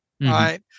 right